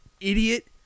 idiot